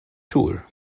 tur